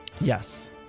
Yes